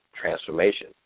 transformation